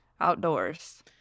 outdoors